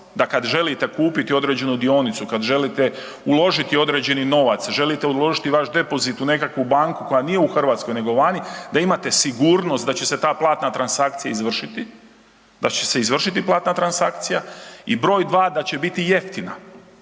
da kad želite kupiti određenu dionicu, kad želite uložiti određeni novac, želite uložiti vaš depozit u nekakvu banku koja nije u Hrvatskoj nego vani, da imate sigurnost da će se ta platna transakcija izvršiti, da će se izvršiti platna transakcija i broj 2, da će biti jeftina.